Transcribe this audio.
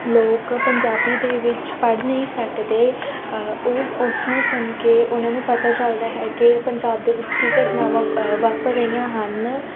ਲੋਕ ਪੰਜਾਬੀ ਦੇ ਵਿੱਚ ਪੜ੍ਹ ਨਹੀਂ ਸਕਦੇ ਉਹ ਉਸ ਨੂੰ ਸੁਣ ਕੇ ਉਹਨਾਂ ਨੂੰ ਪਤਾ ਚੱਲਦਾ ਹੈ ਕਿ ਪੰਜਾਬ ਦੇ ਵਿੱਚ ਕੀ ਘਟਨਾਵਾਂ ਵਾਪਰ ਰਹੀਆਂ ਹਨ